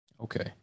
Okay